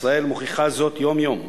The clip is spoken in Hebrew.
ישראל מוכיחה זאת יום-יום.